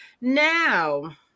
now